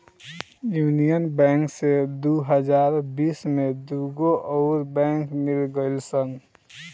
union bank से दू हज़ार बिस में दूगो अउर बैंक मिल गईल सन